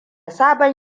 sabon